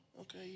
Okay